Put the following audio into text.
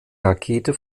rakete